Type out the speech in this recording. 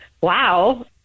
Wow